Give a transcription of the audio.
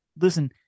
listen